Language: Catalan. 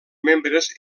membres